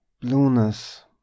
Blueness